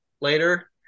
later